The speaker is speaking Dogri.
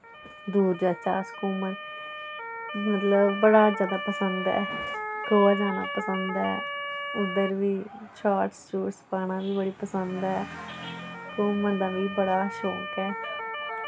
दूर जाह्चै अस घुम्मन मतलब बड़ा ज्यादा पसंद ऐ गोआ जाना पसंद ऐ उद्धर बी शोर्ट्स शुर्ट्स पाना बी बड़ी पसंद ऐ घुम्मन दा मि बड़ा शौक ऐ